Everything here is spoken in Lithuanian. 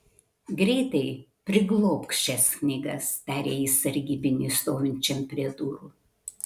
greitai priglobk šias knygas tarė jis sargybiniui stovinčiam prie durų